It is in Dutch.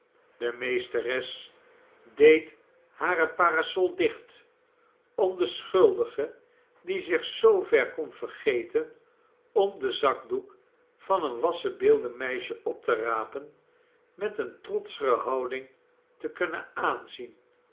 de meesteres deed hare parasol dicht om de schuldige die zich zoover kon vergeten om den zakdoek van een wassenbeeldenmeisje op te rapen met eene trotschere houding te kunnen aanzien